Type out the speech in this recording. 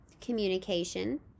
communication